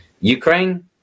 Ukraine